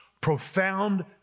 profound